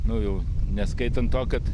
nu jau neskaitant to kad